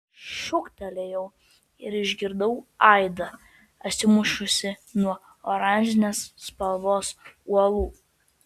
šūktelėjau ir išgirdau aidą atsimušusį nuo oranžinės spalvos uolų